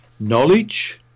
knowledge